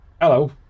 Hello